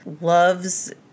loves